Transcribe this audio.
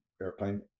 airplane